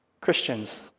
Christians